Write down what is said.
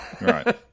right